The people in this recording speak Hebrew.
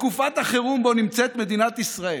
בתקופת החירום שבו נמצאת מדינת ישראל